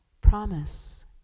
promise